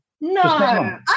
No